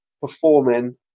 performing